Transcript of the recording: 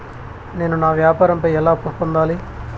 నేను నా వ్యాపారం పై ఎలా అప్పు పొందాలి?